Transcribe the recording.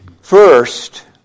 First